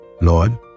Lord